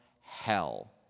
hell